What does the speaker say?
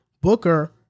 Booker